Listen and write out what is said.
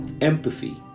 empathy